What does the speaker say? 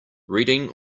reading